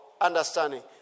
Understanding